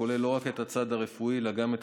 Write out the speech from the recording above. הכולל לא רק את הצד הרפואי אלא גם את